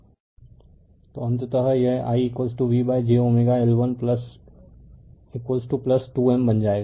रिफे slide time 3023 तो अंततः यह i V j L1 2 M बन जाएगा